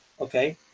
okay